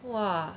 !wah!